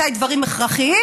מתי הדברים הכרחיים,